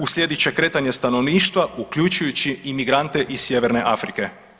Uslijedit će kretanje stanovništva uključujući i imigrante iz sjeverne Afrike.